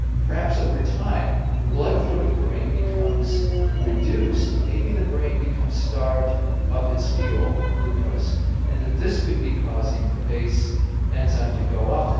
perhaps over time blood flow to the brain becomes reduced, maybe the brain becomes starved of its fuel glucose and that this could be causing the bace enzyme to go up,